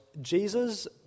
jesus